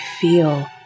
feel